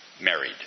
married